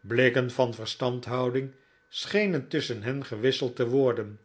blikken van verstandhouding schenen tusschen hen gewisseld te worden